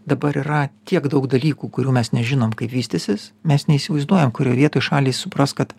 dabar yra tiek daug dalykų kurių mes nežinom kaip vystysis mes neįsivaizduojam kurioj vietoj šalys supras kad